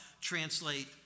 translate